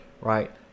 right